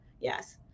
yes